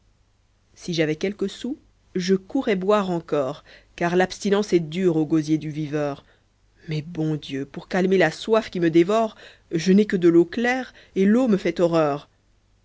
si j'avais quelques sous je courrais boire encore car l'abstinence est dure au gosier du viveur mais bon dieu pour calmer la soif qui me dévore je n'ai que de l'eau claire et l'eau me fait horreur